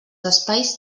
espais